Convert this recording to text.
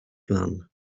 plan